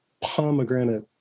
pomegranate